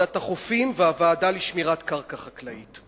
ועדת החופים והוועדה לשמירת קרקע חקלאית.